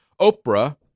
Oprah